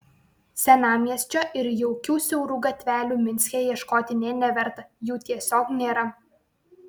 senamiesčio ir jaukių siaurų gatvelių minske ieškoti nė neverta jų tiesiog nėra